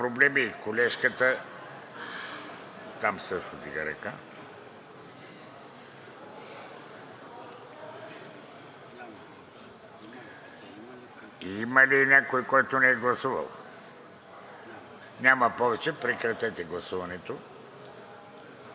прекратено е гласуването.